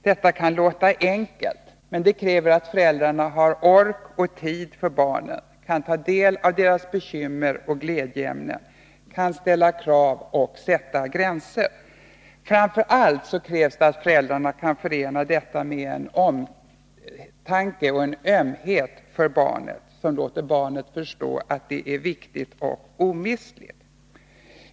Detta kan låta enkelt, men det kräver att man faktiskt har ork och tid för barnen, kan ta del av deras bekymmer och glädjeämnen, kan ställa krav och sätta gränser. Framför allt krävs det att föräldrarna kan förena detta med en omtanke och en ömhet för barnen som låter dem förstå att de är viktiga och omistliga.